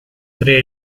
tre